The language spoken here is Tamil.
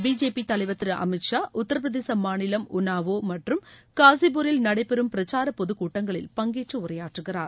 பிஜேபி தலைவர் திரு அமீத் ஷா உத்திரபிரதேச மாநிலம் உன்னாவோ மற்றும் காசிபுரில் நடைபெறும் பிரச்சார பொதுக் கூட்டங்களில் பங்கேற்று உரையாற்றுகிறார்